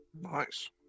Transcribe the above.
Nice